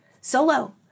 solo